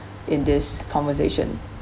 in this conversation